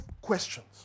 questions